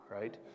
right